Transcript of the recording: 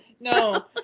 No